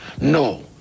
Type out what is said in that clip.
no